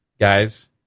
guys